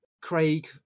craig